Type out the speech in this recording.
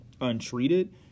untreated